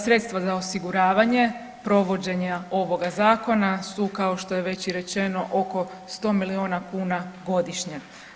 Sredstva za osiguravanje provođenja ovoga Zakona, su, kao što je već i rečeno, oko 100 milijuna kuna godišnje.